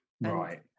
Right